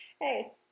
Hey